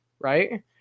right